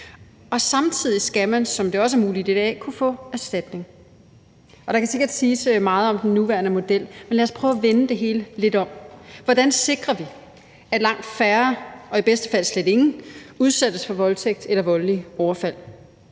Og samtidig skal man, som det også er muligt i dag, kunne få erstatning. Og der kan sikkert siges meget om den nuværende model, men lad os prøve at vende det hele lidt om. Hvordan sikrer vi, at langt færre og i bedste fald slet ingen udsættes for voldtægt eller voldelige overfald?